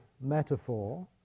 metaphor